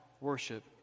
worship